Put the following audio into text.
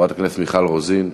חברת הכנסת מיכל רוזין,